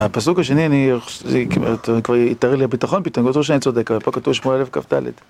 הפסוק השני, אני, כבר התערער לי הביטחון פתאום, לא בטוח שאני צודק, אבל פה כתוב שמואל א' כ"ד